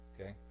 Okay